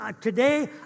Today